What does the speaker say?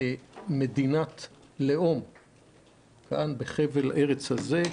מדינת לאום בחבל הארץ הזה,